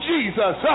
Jesus